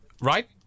Right